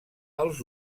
als